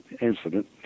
incident